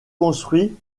construit